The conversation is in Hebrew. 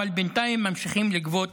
אבל בינתיים ממשיכים לגבות